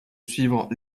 suivre